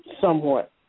somewhat